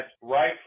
Right